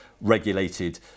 regulated